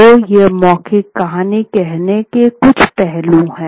तो ये मौखिक कहानी कहने के कुछ पहलू हैं